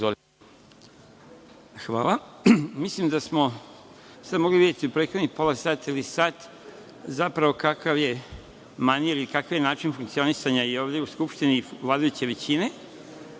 Mislim da ste mogli videti u prethodnih pola sata ili sat zapravo kakav je manir i kakav je način funkcionisanja i ovde u Skupštini vladajuće većine.